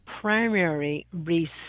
primary